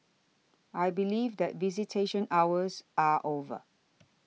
I believe that visitation hours are over